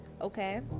Okay